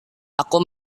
aku